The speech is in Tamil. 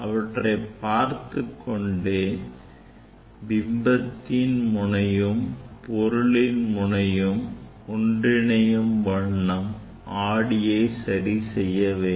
அவற்றை பார்த்துக்கொண்டே பிம்பத்தின் முனையும் பொருளின முனையும் ஒன்றிணையும் வண்ணம் ஆடியை சரி செய்ய வேண்டும்